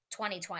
2020